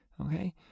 Okay